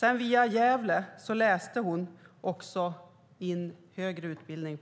Vid Högskolan i Gävle läste hon sedan också in högre utbildning.